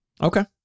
Okay